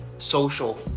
social